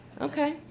Okay